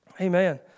Amen